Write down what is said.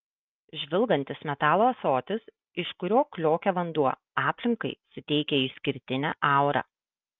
žvilgantis metalo ąsotis iš kurio kliokia vanduo aplinkai suteikia išskirtinę aurą